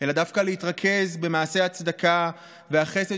אלא דווקא להתרכז במעשי הצדקה והחסד